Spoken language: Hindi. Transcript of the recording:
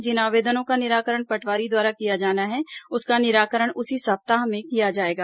जिन आवेदनों का निराकरण पटवारी द्वारा किया जाना है उसका निराकरण उसी सप्ताह में किया जाएगा